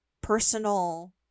personal